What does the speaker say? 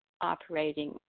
operating